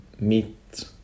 meet